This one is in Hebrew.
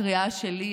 הקריאה שלי,